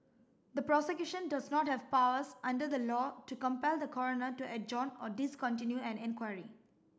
the Prosecution does not have powers under the law to compel the Coroner to adjourn or discontinue an inquiry